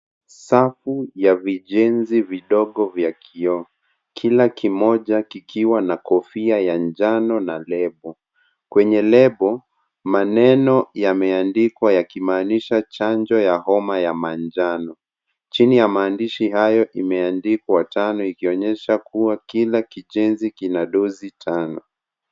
Safu ya vijenzi vidogo vya kioo, kila kimoja kikiwa na kofia ya njano na lebo. Kwenye lebo, maneno yameandikwa yakimaanisha chanjo ya homa ya manjano. Chini ya maandishi hayo imeandikwa tano ikionyesha kuwa kila kijenzi kina dozi tano.